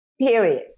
period